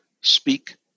speak